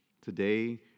today